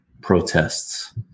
protests